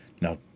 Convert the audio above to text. Now